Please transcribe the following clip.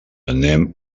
anem